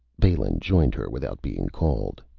balin joined her without being called.